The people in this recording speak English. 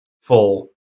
full